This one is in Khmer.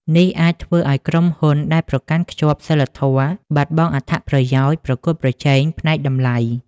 នេះអាចធ្វើឱ្យក្រុមហ៊ុនដែលប្រកាន់ខ្ជាប់សីលធម៌បាត់បង់អត្ថប្រយោជន៍ប្រកួតប្រជែងផ្នែកតម្លៃ។